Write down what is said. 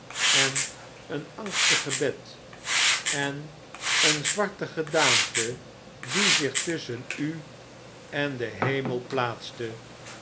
en een angstig gebed en eenzwartegedickens de kloh van master humphrey overdrukken daante die zich tusschen u en den hemel plaatste